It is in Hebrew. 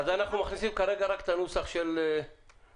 אז אנחנו מכניסים כרגע רק את הנוסח של הגגות.